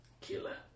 Killer